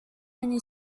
mini